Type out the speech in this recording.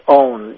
own